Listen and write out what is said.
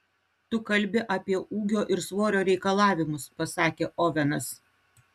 tu kalbi apie ūgio ir svorio reikalavimus pasakė ovenas